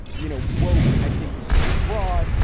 you know, woak, i think is too broad,